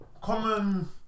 common